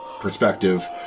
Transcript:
perspective